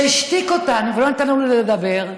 השתיק אותנו ולא נתן לנו לדבר.